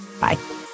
Bye